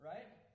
Right